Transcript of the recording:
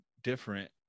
different